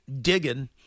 digging